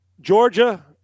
Georgia